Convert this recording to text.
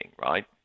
right